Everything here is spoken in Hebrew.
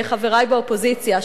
חברי באופוזיציה,